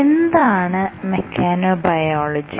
എന്താണ് മെക്കാനോബയോളജി